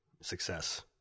success